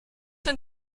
and